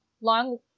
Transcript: long